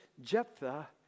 Jephthah